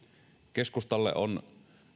keskustalle on